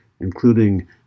including